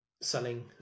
Selling